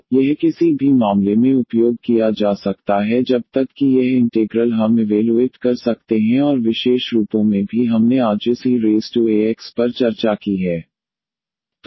तो यह किसी भी मामले में उपयोग किया जा सकता है जब तक कि यह इंटेग्रल हम इवेलुएट कर सकते हैं और विशेष रूपों में भी हमने आज इस eaxपर चर्चा की है